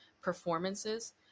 performances